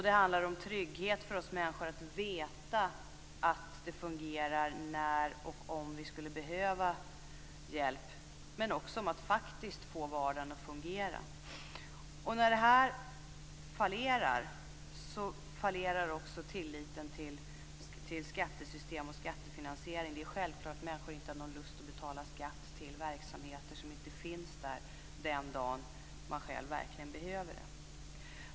Det handlar om trygghet för oss människor att veta att det fungerar när och om vi skulle behöva hjälp men också om att faktiskt få vardagen att fungera. När det här fallerar så fallerar också tilliten till skattesystem och skattefinansiering. Det är självklart att människor inte har någon lust att betala skatt för verksamheter som inte finns där den dag man själv verkligen behöver dem.